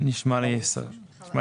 נשמע לי סביר.